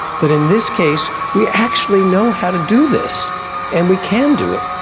but in this case we actually know how to do this and we can do it.